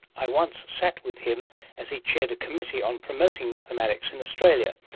i once sat with him as he chaired a committee on promoting mathematics in australia.